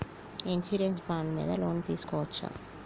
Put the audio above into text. Insurance bond మీద loan తీస్కొవచ్చా?